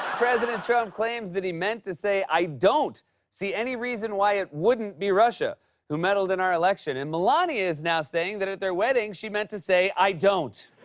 president trump claims that he meant to say i don't see any reason why it wouldn't be russia who meddled in our election. and melania is now saying that at their wedding, she meant to say, i don't.